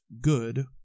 good